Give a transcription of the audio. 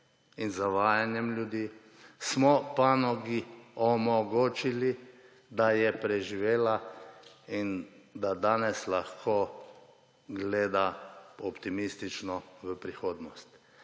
in zavajanjem ljudi, smo panogi omogočili, da je preživela in da danes lahko gleda optimistično v prihodnost.